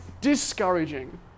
discouraging